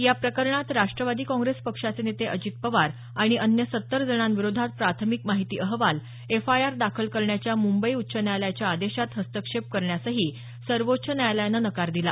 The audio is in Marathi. या प्रकरणात राष्ट्रवादी काँग्रेस पक्षाचे नेते अजित पवार आणि अन्य सत्तर जणांविरोधात प्राथमिक माहिती अहवाल एफ आय आर दाखल करण्याच्या मुंबई उच्च न्यायालयाच्या आदेशात हस्तक्षेप करण्यासही सर्वोच्च न्यायालयानं नकार दिला